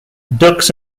ducks